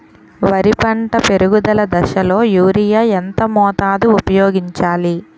వరి పంట పెరుగుదల దశలో యూరియా ఎంత మోతాదు ఊపయోగించాలి?